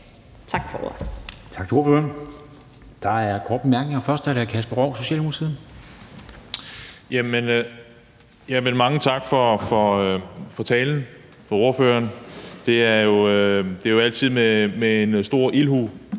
Tak for ordet.